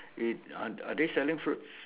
it are they are they selling fruits